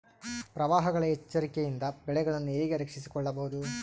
ಪ್ರವಾಹಗಳ ಎಚ್ಚರಿಕೆಯಿಂದ ಬೆಳೆಗಳನ್ನು ಹೇಗೆ ರಕ್ಷಿಸಿಕೊಳ್ಳಬಹುದು?